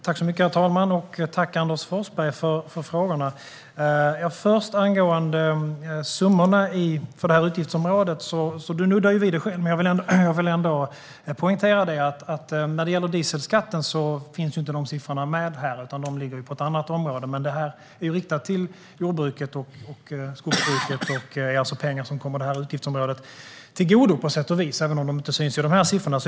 Herr talman! Tack, Anders Forsberg, för frågorna! Angående summorna i utgiftsområdet nuddar du vid det själv, men jag vill ändå poängtera att siffrorna för dieselskatten inte finns med här. De ligger på ett annat område. Men detta är riktat till jord och skogsbruket. Det är alltså pengar som kommer detta utgiftsområde till godo på sätt och vis, även om det inte syns i de här siffrorna.